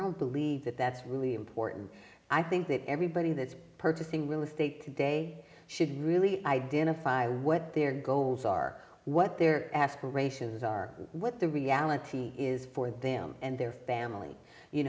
don't believe that that's really important i think that everybody that purchasing real estate today should really identify what their goals are what their aspirations are what the reality is for them and their family you